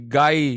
Guy